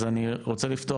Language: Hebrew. אני רוצה לפתוח,